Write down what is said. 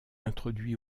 introduit